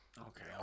Okay